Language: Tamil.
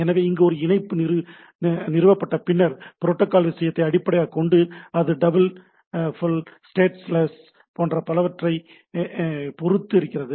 எனவே அங்கு ஒரு முறை இணைப்பு நிறுவப்பட்ட பின்னர் புரோட்டோக்கால் விஷயத்தை அடிப்படையாகக் கொண்டு அது ஸ்டேட்ஃபுள் ஸ்டேட்லெஸ் மேலும் பலவற்றை பொருத்து இருக்கிறது